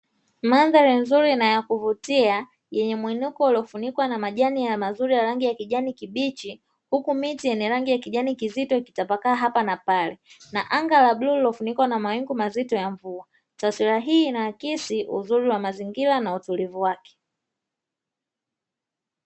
Mandhari nzuri na ya kuvutia yenye mwinuko uliofunikwa na majani ya mazuri ya rangi ya kijani kibichi, huku miti yenye majani ya kibichi huku yakitapakaa hapa na pale na anga la bluu lililofunikwa na anga zito, taswila hii inaakisi uzuri wa mazingira na utulivu wake .